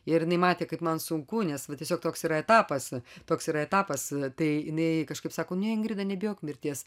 ir jinai matė kaip man sunku nes tiesiog toks etapas toks yra etapas tai jinai kažkaip sako ingrida nebijok mirties